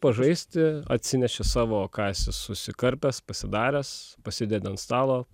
pažaisti atsineši savo ką esi susikarpęs pasidaręs pasidedi ant stalo